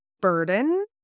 burden